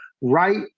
right